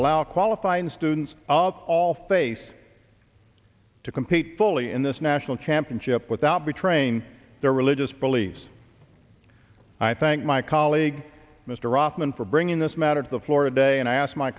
allow qualified students of all face to compete fully in this national championship without betraying their religious beliefs i thank my colleague mr othman for bringing this matter to the floor today and i asked my